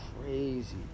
crazy